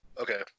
Okay